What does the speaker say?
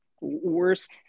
worst